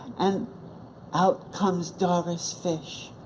and out comes doris fish,